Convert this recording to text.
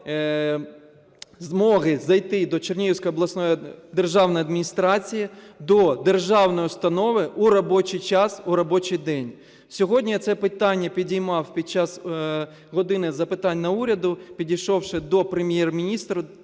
змоги зайти до Чернігівської обласної державної адміністрації – до державної установи у робочий час у робочий день. Сьогодні я це питання піднімав під час "години запитань до Уряду", підійшовши до Прем'єр-міністра